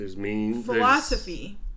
philosophy